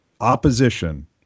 opposition